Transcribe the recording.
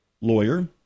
lawyer